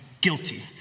guilty